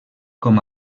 com